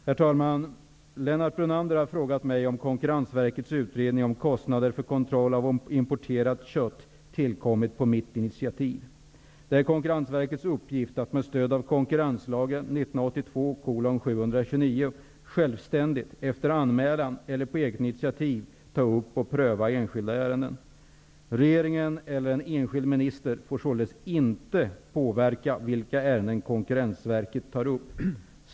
Herr talman! Lennart Brunander har frågat mig om Konkurrensverkets utredning om kostnader för kontroll av importerat kött tillkommmit på mitt initiativ. Det är Konkurrensverkets uppgift att med stöd av konkurrenslagen självständigt, efter anmälan eller på eget initiativ, ta upp och pröva enskilda ärenden. Regeringen eller en enskild minister får således inte påverka vilka ärenden Konkurrensverket skall ta upp.